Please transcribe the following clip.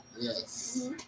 Yes